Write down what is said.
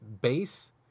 base